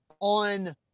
on